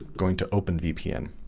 going to openvpn.